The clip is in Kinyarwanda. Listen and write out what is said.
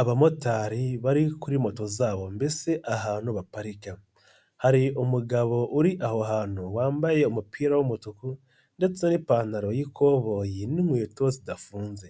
Abamotari bari kuri moto zabo mbese ahantu baparirika, hari umugabo uri aho hantu wambaye umupira w'umutuku ndetse n'ipantaro y'ikoboyi n'inkweto zidafunze,